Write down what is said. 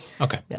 Okay